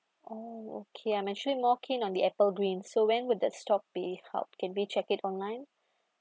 oh okay I'm actually more keen on the apple green so when will the stock be hub can we check it online